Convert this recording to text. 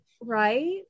Right